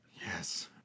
Yes